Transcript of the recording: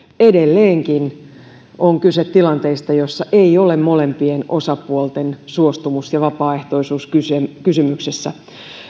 edelleenkin on kyse tilanteista joissa ei ole molempien osapuolten suostumus ja vapaaehtoisuus kysymyksessä